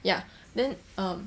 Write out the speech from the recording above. ya then um